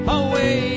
away